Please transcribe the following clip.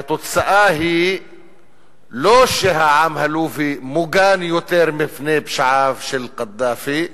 והתוצאה היא לא שהעם הלובי מוגן יותר מפני פשעיו של קדאפי,